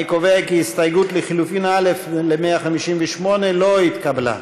אני קובע כי הסתייגות לחלופין א' ל-158 לא התקבלה.